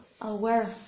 aware